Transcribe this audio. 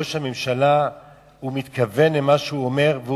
ראש הממשלה מתכוון למה שהוא אומר,